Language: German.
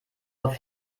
auf